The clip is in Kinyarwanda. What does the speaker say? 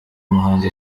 muhanzi